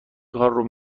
کارو